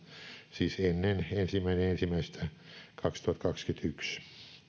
siis ennen ensimmäinen ensimmäistä kaksituhattakaksikymmentäyksi